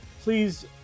please